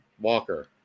Walker